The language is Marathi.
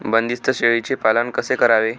बंदिस्त शेळीचे पालन कसे करावे?